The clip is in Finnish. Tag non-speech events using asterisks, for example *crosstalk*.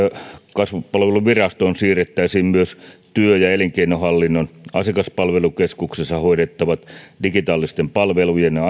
kasvupalveluvirastoon siirrettäisiin myös työ ja elinkeinohallinnon asiakaspalvelukeskuksessa hoidettavat digitaalisten palvelujen ja *unintelligible*